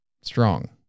strong